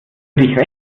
dich